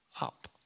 up